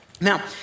Now